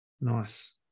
Nice